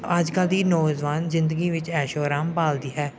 ਅੱਜ ਕੱਲ੍ਹ ਦੀ ਨੌਜਵਾਨ ਜ਼ਿੰਦਗੀ ਵਿੱਚ ਐਸ਼ੋ ਆਰਾਮ ਭਾਲਦੀ ਹੈ